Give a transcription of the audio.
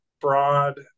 broad